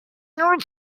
nur